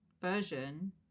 version